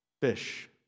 fish